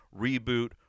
reboot